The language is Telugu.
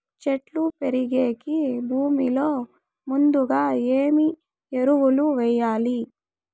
చెట్టు పెరిగేకి భూమిలో ముందుగా ఏమి ఎరువులు వేయాలి?